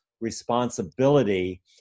responsibility